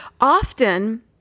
Often